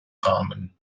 rahmen